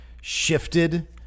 shifted